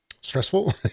stressful